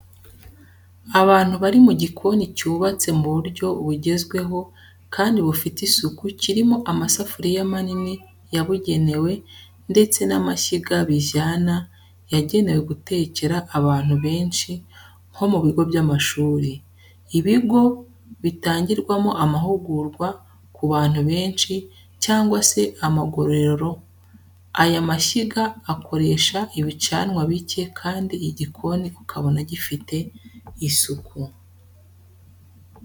Abantu bari mu gikoni cyubatse mu buryo bugezweho kandi bufite isuku kirimo amasafuriya manini yabugenewe ndetse n'amashyiga bijyana yagenewe gutekera abantu benshi nko mu bigo by'amashuri, ibigo bitangirwamo amahugurwa ku bantu benshi, cyangwa se amagororero, aya mashyiga akoresha ibicanwa bicye kandi igikoni ukabona gifite isuku.